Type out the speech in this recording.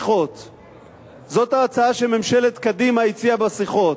זאת ההצעה שממשלת קדימה הציעה בשיחות.